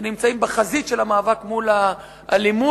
שנמצאים בחזית של המאבק מול האלימות,